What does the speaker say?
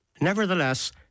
Nevertheless